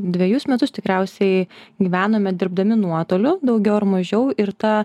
dvejus metus tikriausiai gyvenome dirbdami nuotoliu daugiau ar mažiau ir ta